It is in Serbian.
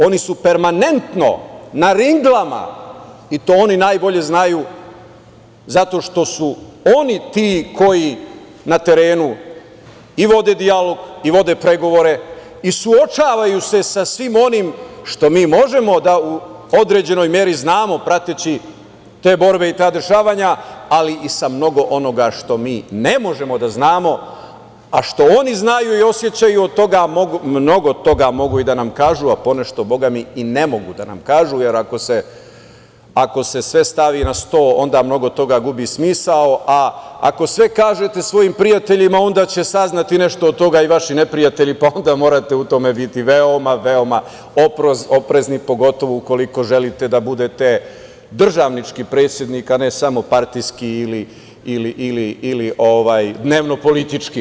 Oni su permanentno na ringlama i to oni najbolje znaju zato što su oni ti koji na terenu i vode dijalog i vode pregovore i suočavaju se sa svim onim što mi možemo da u određenoj meri znamo prateći te borbe i ta dešavanja, ali i sa mnogo onoga što mi ne možemo da znamo, a što oni znaju i oni osećaju, mnogo toga mogu i da nam kažu, a ponešto bogami i ne mogu da nam kažu, jer ako se sve stavi na sto onda mnogo toga gubi smisao, a ako sve kažete svojim prijateljima onda će saznati nešto od toga i vaši neprijatelji, pa onda morate u tome biti veoma, veoma oprezni, pogotovo ako želite da budete državnički predsednik, a ne samo partijski ili dnevno-politički.